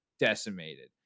Decimated